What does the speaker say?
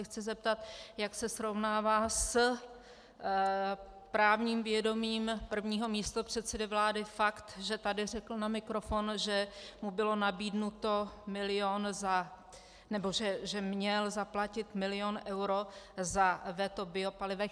Chci se zeptat, jak se srovnává s právním vědomím prvního místopředsedy vlády fakt, že tady řekl na mikrofon, že mu byl nabídnut milion za nebo že měl zaplatit milion eur za veto v biopalivech.